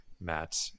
Matt